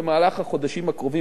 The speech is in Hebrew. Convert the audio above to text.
במהלך החודשים הקרובים,